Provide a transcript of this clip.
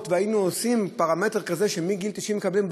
והיינו עושים פרמטר כזה שמגיל 90 מקבלים,